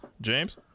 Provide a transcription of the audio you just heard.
James